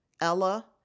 Ella